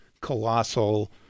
colossal